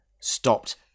stopped